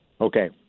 Okay